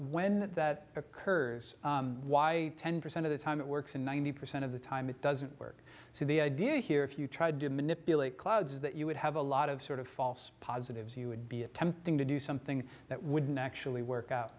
when that occurs why ten percent of the time it works and ninety percent of the time it doesn't work so the idea here if you tried to manipulate clouds that you would have a lot of sort of false positives you would be attempting to do something that wouldn't actually work out